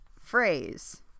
phrase